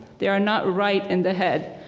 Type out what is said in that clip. they are not right in the head.